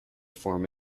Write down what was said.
form